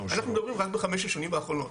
אנחנו מדברים רק בחמש השנים האחרונות,